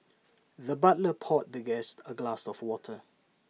the butler poured the guest A glass of water